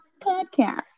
podcast